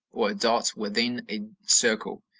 or a dot within a circle,